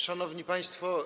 Szanowni Państwo!